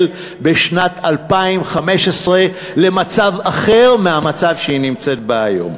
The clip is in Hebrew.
בשנת 2015 למצב אחר מהמצב שהיא נמצאת בו היום.